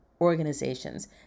organizations